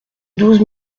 douze